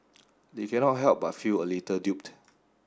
they cannot help but feel a little duped